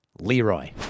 Leroy